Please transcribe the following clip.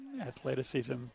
athleticism